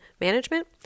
management